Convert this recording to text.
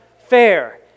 fair